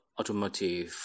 Automotive